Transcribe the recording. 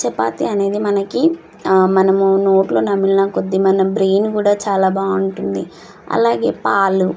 చపాతి అనేది మనకి మనము నోట్లో నమిలిన కొద్దీ మన బ్రెన్ కూడా చాలా బాగుంటుంది అలాగే పాలు